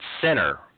center